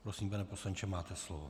Prosím, pane poslanče, máte slovo.